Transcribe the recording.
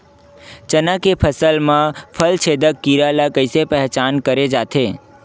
चना के फसल म फल छेदक कीरा ल कइसे पहचान करे जाथे?